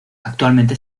actualmente